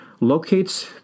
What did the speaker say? locates